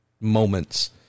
moments